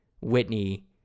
Whitney